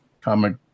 comic